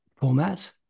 format